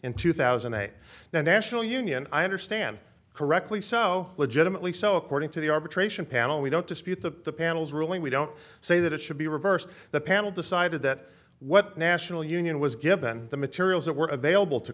in two thousand and eight the national union i understand correctly so legitimately so according to the arbitration panel we don't dispute the panel's ruling we don't say that it should be reversed the panel decided that what national union was given the materials that were available to